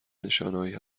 نشانههایی